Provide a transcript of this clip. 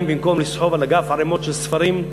במקום לסחוב על הגב ערמות של ספרים,